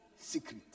secret